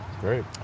Great